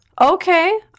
Okay